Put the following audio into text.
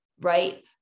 right